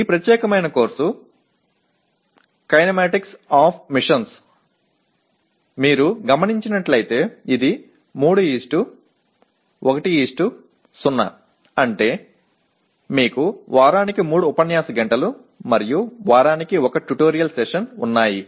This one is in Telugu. ఈ ప్రత్యేకమైన కోర్సు 'కైనమాటిక్స్ ఆఫ్ మిషిన్స్" మీరు గమనించినట్లయితే ఇది 310 అంటే మీకు వారానికి 3 ఉపన్యాస గంటలు మరియు వారానికి 1 ట్యుటోరియల్ సెషన్ ఉన్నాయి